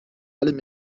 allem